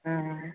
हूँ